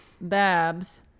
Babs